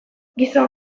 gizon